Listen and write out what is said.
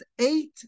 eight